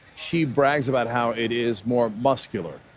she brags about how it is more muscular,